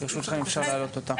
ברשותך אם אפשר להעלות אותה.